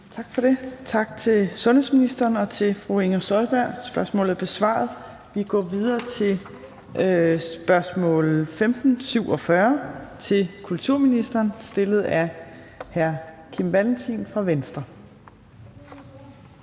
Tak for det, tak til sundhedsministeren og til fru Inger Støjberg. Spørgsmålet er besvaret. Vi går videre til spørgsmål nr. S 1547 til kulturministeren stillet af hr. Kim Valentin fra Venstre.